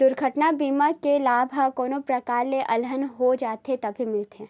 दुरघटना बीमा के लाभ ह कोनो परकार ले अलहन हो जाथे तभे मिलथे